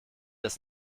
das